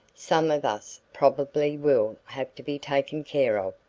some of us probably will have to be taken care of,